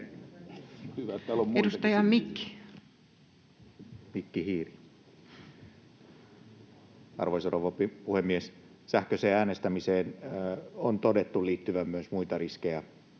suljettuna] — Mikki Hiiri. Arvoisa rouva puhemies! Sähköiseen äänestämiseen on todettu liittyvän myös muita riskejä